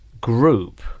group